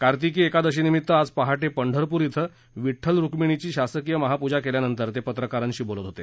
कार्तिकी एकादशीनिमित्त आज पहाटे पंढरपूर श्विं विद्वल रुक्मिणीची शासकीय महापूजा केल्यानंतर ते पत्रकारांशी बोलत होते